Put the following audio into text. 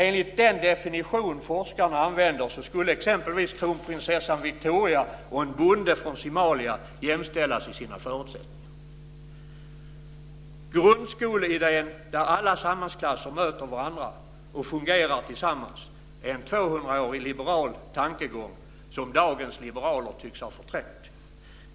Enligt den definition forskarna använder skulle t.ex. kronprinsessan Viktoria och en bonde från Somalia jämställas i sina förutsättningar. Grundskoleidén där alla samhällsklasser möter varandra och fungerar tillsammans är en 200-årig liberal tankegång som dagens liberaler tycks ha förträngt.